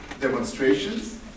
demonstrations